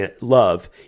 love